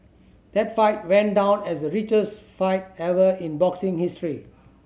that fight went down as the richest fight ever in boxing history